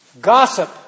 Gossip